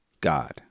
God